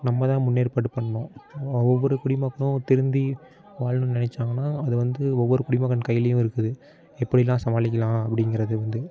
நம்மதான் முன்னேற்பாடு பண்ணணும் ஒவ்வொரு குடிமக்களும் திருந்தி வாழணுன்னு நினைச்சாங்கன்னா அது வந்து ஒவ்வொரு குடிமகன் கையிலையும் இருக்குது எப்படிலாம் சமாளிக்கலாம் அப்படிங்கிறது வந்து